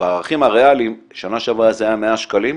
בערכים הריאליים בשנה שעברה זה היה 100 שקלים,